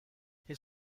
his